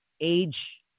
age